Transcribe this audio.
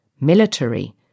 Military